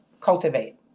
cultivate